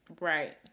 Right